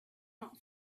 not